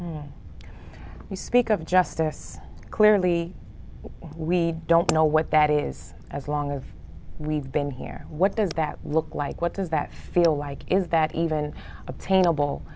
you speak of justice clearly we don't know what that is as long as we've been here what does that look like what does that feel like is that even attainable